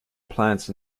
plants